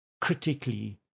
critically